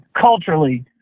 culturally